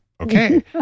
Okay